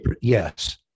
Yes